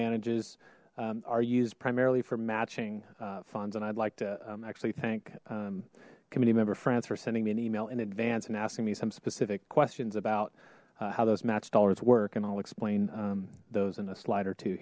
manages are used primarily for matching funds and i'd like to actually thank committee member france for sending me an email in advance and asking me some specific questions about how those match dollars work and i'll explain those in a slide or two